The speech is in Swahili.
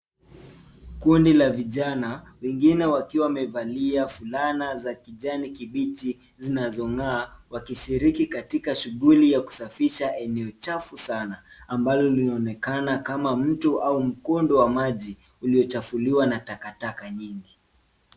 Kundi la vijana, wengine wakiwa wamevalia fulana za kijani kibichi zinazong'aa, wakishiriki katika shughuli za kusafisha eneo chafu sana, ambalo linaonekana kama mto au mkondo wa maji, uliochafuliwa na takataka nyingi.